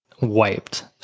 wiped